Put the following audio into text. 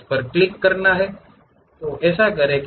उस पर क्लिक करें ऐसा करें